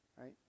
right